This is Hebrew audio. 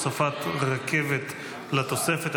הוספת רכבת לתוספת),